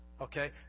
okay